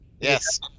Yes